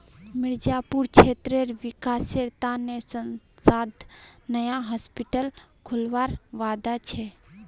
मिर्जापुर क्षेत्रेर विकासेर त न सांसद नया हॉस्पिटल खोलवार वादा छ